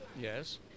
yes